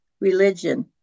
religion